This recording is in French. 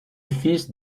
fils